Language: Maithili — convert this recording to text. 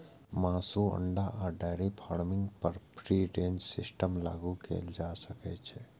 मासु, अंडा आ डेयरी फार्मिंग पर फ्री रेंज सिस्टम लागू कैल जा सकै छै